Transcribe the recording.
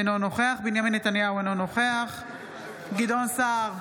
אינו נוכח בנימין נתניהו, אינו נוכח גדעון סער,